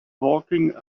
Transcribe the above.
walking